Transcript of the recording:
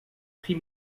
prix